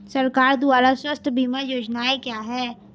सरकार द्वारा स्वास्थ्य बीमा योजनाएं क्या हैं?